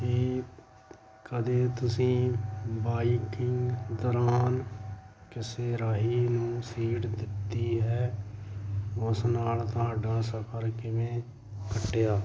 ਕੀ ਕਦੇ ਤੁਸੀਂ ਬਾਈਕਿੰਗ ਦੌਰਾਨ ਕਿਸੇ ਰਾਹੀ ਨੂੰ ਸੀਟ ਦਿੱਤੀ ਹੈ ਉਸ ਨਾਲ ਤੁਹਾਡਾ ਸਫਰ ਕਿਵੇਂ ਕੱਟਿਆ